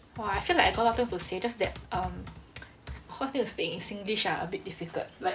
!wah! I feel like I got a lot of things to say just that err cause need to speak in singlish ah I a bit difficult